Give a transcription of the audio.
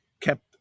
kept